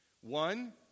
One